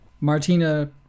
Martina